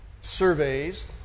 surveys